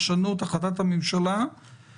ופילוח החיסוניות כמה מתוך המאומתים הם